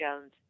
Jones